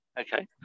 Okay